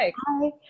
Hi